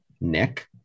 Nick